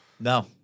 No